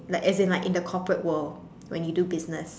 like as in like in the corporate world when you do business